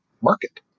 market